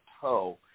toe